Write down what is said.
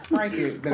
Frankie